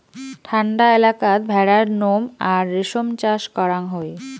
ঠান্ডা এলাকাত ভেড়ার নোম আর রেশম চাষ করাং হই